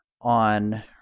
on